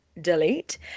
delete